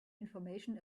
information